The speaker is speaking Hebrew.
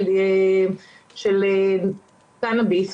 קנביס,